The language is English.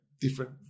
different